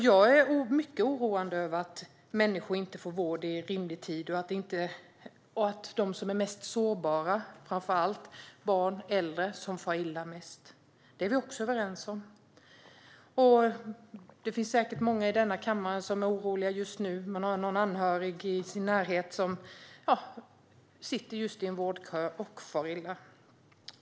Jag är mycket oroad över att människor inte får vård i rimlig tid. Och att det då är framför allt barn och äldre som är mest sårbara och far mest illa är vi också överens om. Det finns säkert många i denna kammare som är oroliga just nu över någon anhörig i sin närhet som far illa och står i en vårdkö.